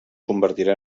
convertirà